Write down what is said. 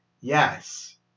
Yes